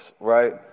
Right